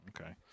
okay